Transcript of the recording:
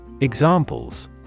Examples